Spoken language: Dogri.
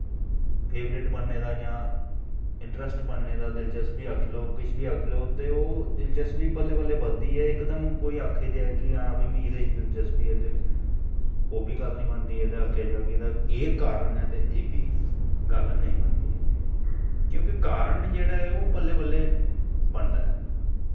फेवरट बनने दा जां इंट्रस्ट बनने दा दिलचस्पी आक्खी लैओ किश बी आक्खी लैओ ते ओह् दिलचस्पी बल्लें बल्लें बधदी ऐ इकदम कोई आक्खी देऐ कि हां भाई मिगी एह्दे च दिलचस्पी ऐ ते ओह् बी गल्ल नी बनदी एह्दा आखेआ जा कि एह्दा एह् कारण ऐ ते एह् बी गल्ल नेईं बनदी ऐ क्योंकि कारण जेह्ड़ा ऐ ओह् बल्लें बल्लें बनदा ऐ